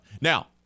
now